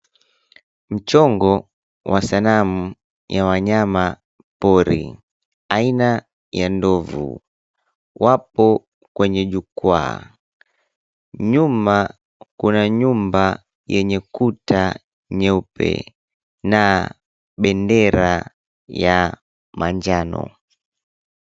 Mchongo wa sanamu ya wanyama pori, aina ya ndovu wapo kwenye jukwaa. Nyuma kuna nyumba yenye kuta nyeupe, na bendera ya manjano.